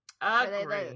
Agree